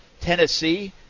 Tennessee